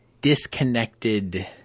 disconnected